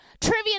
trivia